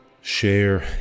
share